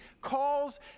calls